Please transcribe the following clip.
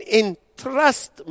entrust